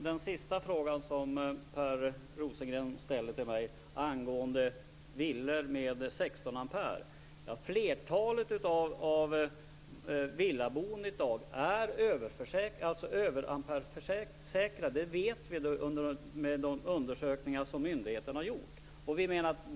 Fru talman! Per Rosengren ställde sist en fråga till mig om villor med 16 ampere. Flertalet villor är översäkrade i dag. Det vet vi genom de undersökningar som myndigheten har gjort.